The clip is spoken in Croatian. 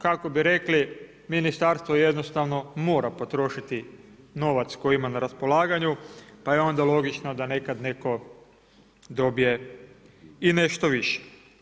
Kako bi rekli ministarstvo jednostavno mora potrošiti novac koji ima na raspolaganju pa je onda logično da nekad netko dobije i nešto više.